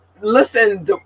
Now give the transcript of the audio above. Listen